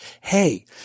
hey